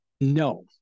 No